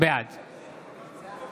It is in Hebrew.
בעד